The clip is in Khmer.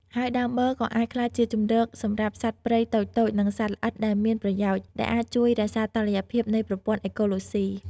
ហើយដើមបឺរ ក៏អាចក្លាយជាជម្រកសម្រាប់សត្វព្រៃតូចៗ និងសត្វល្អិតដែលមានប្រយោជន៍ ដែលអាចជួយរក្សាតុល្យភាពនៃប្រព័ន្ធអេកូឡូស៊ី។